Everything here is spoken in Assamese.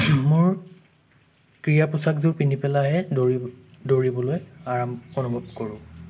মোৰ ক্ৰীয়া পোছাক যোৰ পিন্ধি পেলাইহে দৌৰিব দৌৰিবলৈ আৰাম অনুভৱ কৰোঁ